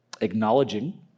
acknowledging